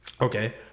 Okay